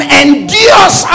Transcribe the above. endures